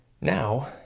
Now